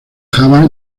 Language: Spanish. java